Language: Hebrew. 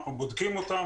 אנחנו בודקים אותם,